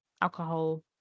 alcohol